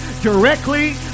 directly